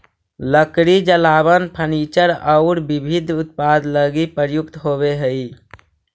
लकड़ी जलावन, फर्नीचर औउर विविध उत्पाद लगी प्रयुक्त होवऽ हई